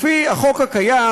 לפי החוק הקיים,